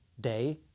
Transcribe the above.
day